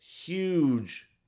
Huge